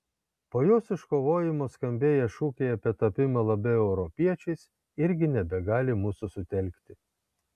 po jos iškovojimo skambėję šūkiai apie tapimą labiau europiečiais irgi nebegali mūsų sutelkti